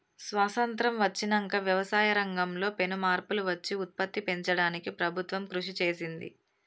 స్వాసత్రం వచ్చినంక వ్యవసాయ రంగం లో పెను మార్పులు వచ్చి ఉత్పత్తి పెంచడానికి ప్రభుత్వం కృషి చేసింది